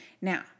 Now